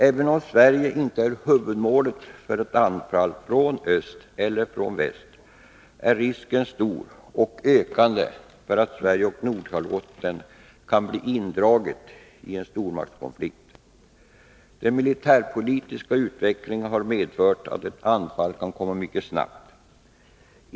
Även om Sverige inte är huvudmålet för anfall från öst eller väst, är risken stor och ökande för att Sverige och Nordkalotten kan dras in i en stormaktskonflikt. Den militärpolitiska utvecklingen har medfört att ett anfall kan komma mycket snabbt.